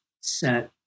set